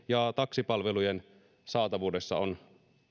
ja taksipalvelujen saatavuudessa on